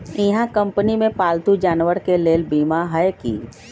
इहा कंपनी में पालतू जानवर के लेल बीमा हए कि?